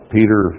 Peter